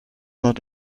not